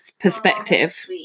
perspective